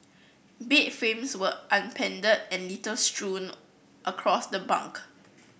bed frames were upended and litter strewn across the bunk